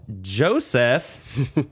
Joseph